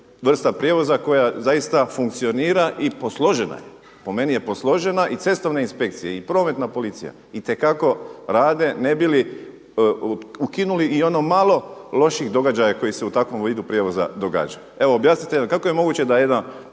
vrsta prijevoza koja zaista funkcionira i posložena je. Po meni je posložena i cestovna inspekcija i prometna policija itekako rade ne bi li ukinuli i ono malo loših događaja koji se takvom vidu prijevoza događaju. Evo objasnite nam, kako je moguće da vi